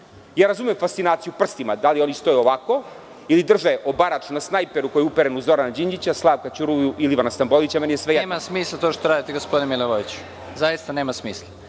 razumem fascinaciju prstima da li oni stoje ovako ili drže obarač na snajperu koji je uperen u Zorana Đinđića, Slavka Ćuruviju ili Ivana Stambolića, meni je svejedno,(Predsednik: nema smisla to što radite gospodine Milivojeviću. Zaista nema smisla.